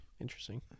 interesting